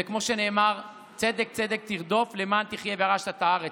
וכמו שנאמר: "צדק צדק תרדף למען תחיה וירשת את הארץ".